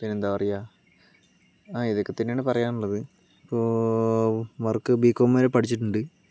പിന്നെ എന്താ പറയുക ആ ഇതൊക്കെ തന്നെയാണ് പറയാനുള്ളത് ഇപ്പോൾ വർക്ക് ബിക്കോം വരെ പഠിച്ചിട്ടുണ്ട്